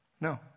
No